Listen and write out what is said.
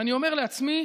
ואני אומר לעצמי: